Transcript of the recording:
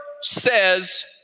says